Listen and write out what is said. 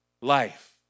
life